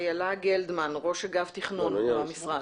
אילה גלדמן, ראש אגף תכנון במשרד.